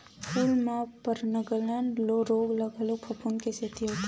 फूल म पर्नगलन रोग ह घलो फफूंद के सेती होथे